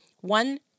one